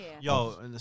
Yo